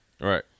Right